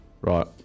right